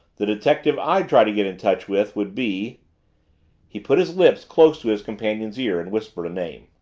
the detective i'd try to get in touch with would be he put his lips close to his companion's ear and whispered a name.